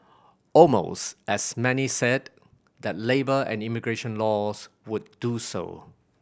almost as many said that labour and immigration laws would do so